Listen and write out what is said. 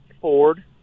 Ford